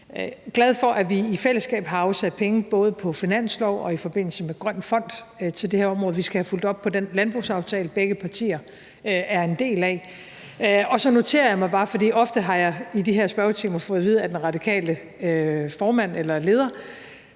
Jeg er glad for, at vi i fællesskab har afsat penge, både på finansloven og i forbindelse med Grøn Fond, til det her område. Vi skal have fulgt op på den landbrugsaftale, begge partier er en del af. Så noterer jeg mig bare, for det har jeg i de her spørgetimer ofte fået at vide af den radikale leder,